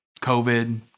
COVID